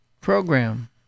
program